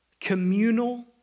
communal